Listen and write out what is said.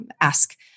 ask